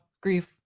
grief